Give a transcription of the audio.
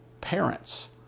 parents